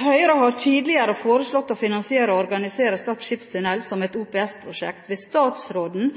Høyre har tidligere foreslått å finansiere og organisere Stad skipstunnel som et OPS-prosjekt – hvis statsråden